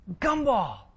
gumball